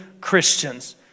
Christians